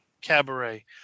Cabaret